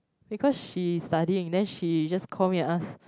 because she's studying then she just call me and ask